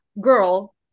girl